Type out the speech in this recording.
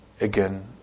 again